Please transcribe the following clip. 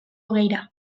hogeira